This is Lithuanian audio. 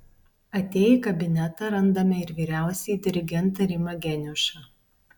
atėję į kabinetą randame ir vyriausiąjį dirigentą rimą geniušą